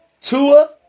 Tua